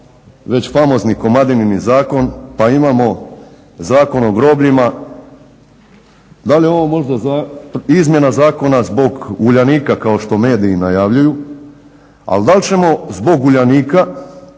već famozni Komadinin zakon, pa imamo Zakon o grobljima. Da li je ovo možda izmjena zakona zbog Uljanika kao što mediji najavljuju? A da li ćemo zbog Uljanika